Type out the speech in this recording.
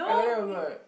I like that also what